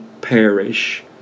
perish